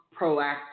proactive